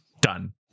Done